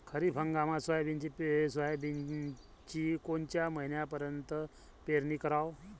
खरीप हंगामात सोयाबीनची कोनच्या महिन्यापर्यंत पेरनी कराव?